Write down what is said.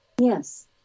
Yes